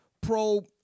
pro